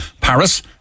Paris